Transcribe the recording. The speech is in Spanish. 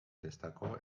destacó